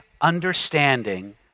understanding